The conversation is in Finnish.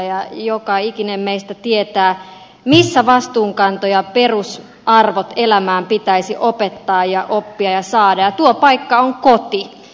joka ikinen meistä tietää missä vastuunkanto ja perusarvot elämään pitäisi opettaa ja oppia ja saada ja tuo paikka on koti